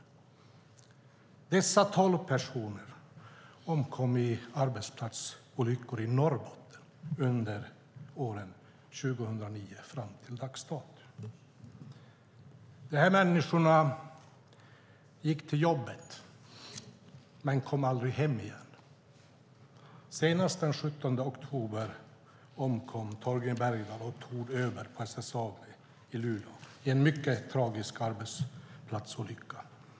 Dessa tolv personer omkom i arbetsplatsolyckor i Norrbotten under åren från 2009 fram till dags dato. De här människorna gick till jobbet men kom aldrig hem igen. Senast den 17 oktober omkom Torgny Bergdahl och Tord Öberg på SSAB i Luleå i en mycket tragisk arbetsplatsolycka.